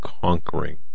conquering